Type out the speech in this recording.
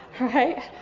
right